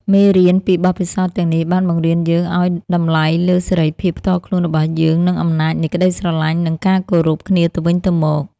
មេរៀនពីបទពិសោធន៍ទាំងនេះបានបង្រៀនយើងឱ្យឱ្យតម្លៃលើសេរីភាពផ្ទាល់ខ្លួនរបស់យើងនិងអំណាចនៃក្តីស្រឡាញ់និងការគោរពគ្នាទៅវិញទៅមក។